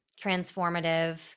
transformative